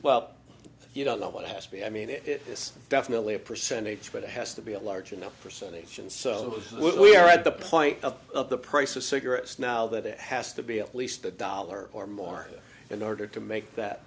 well you don't know what has to be i mean if it's definitely a percentage but it has to be a large enough for so nation so we're at the point of the price of cigarettes now that it has to be at least a dollar or more in order to make that